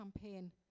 campaign